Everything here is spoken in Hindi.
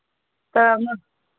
तो मैं